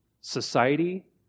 society